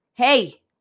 Hey